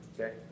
okay